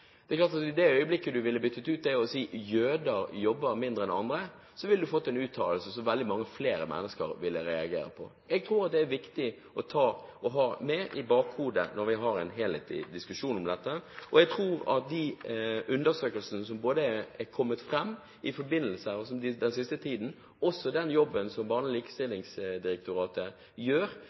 Det er klart at i det øyeblikket man ville byttet ut det og sagt at jøder jobber mindre enn andre, ville man fått en uttalelse som veldig mange flere mennesker ville reagert på. Jeg tror det er viktig å ha dette i bakhodet når vi har en helhetlig diskusjon om det. Jeg tror at de undersøkelsene som er kommet frem i flere forbindelser den siste tiden – og også den jobben som Barne- og likestillingsdirektoratet gjør